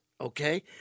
okay